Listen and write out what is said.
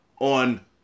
on